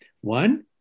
One